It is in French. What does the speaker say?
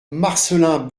marcelin